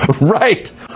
Right